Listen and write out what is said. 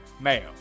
Mayo